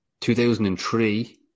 2003